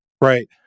Right